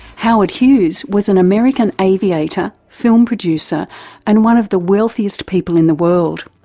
howard hughes was an american aviator, film producer and one of the wealthiest people in the world.